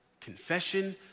confession